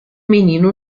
menino